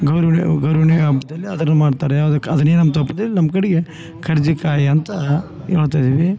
ಗೌರೂಣೆಯು ಗೌರೂಣೆ ಹಬ್ದಲ್ಲಿ ಅದನ್ನ ಮಾಡ್ತಾರೆ ಯಾವ್ದುಕ್ಕೆ ಅದನೇ ನಮ್ಮ ತಪ್ದಿಲ್ ನಮ್ಕಡಿಗೆ ಕಡ್ಜಿಕಾಯಂತ ಹೇಳ್ತಾದೀವಿ